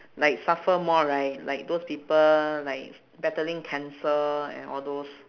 like suffer more right like those people like s~ battling cancer and all those